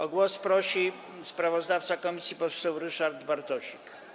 O głos prosi sprawozdawca komisji poseł Ryszard Bartosik.